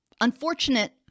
unfortunate